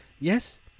Yes